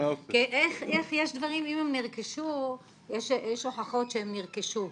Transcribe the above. איך יש דברים, אם הם נרכשו, יש הוכחות שהם נרכשו?